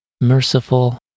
merciful